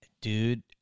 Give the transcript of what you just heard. Dude